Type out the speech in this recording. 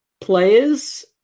players